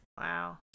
Wow